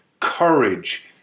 courage